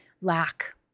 lack